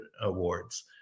awards